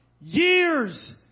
years